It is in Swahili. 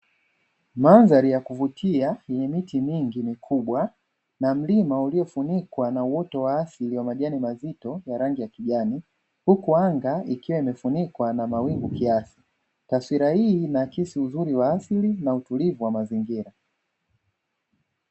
Mandhari ya kuvutia yenye miti mingi mikubwa na mlima uliofunikwa na uoto wa asili wa majani mazito ya rangi ya kijani, huku anga ikiwa imefunikwa na mawingu kiasi; taswira hii inaakisi uzuri wa asili na utulivu wa mazingira.